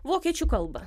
vokiečių kalbą